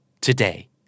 today